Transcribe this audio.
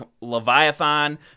Leviathan